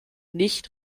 nicht